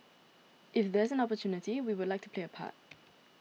if there is an opportunity we would like to play a part